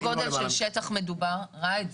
ראאד,